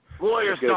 Lawyers